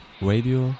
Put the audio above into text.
Radio